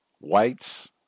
whites